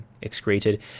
excreted